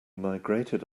migrated